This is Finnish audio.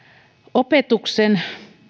opetuksen